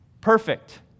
Perfect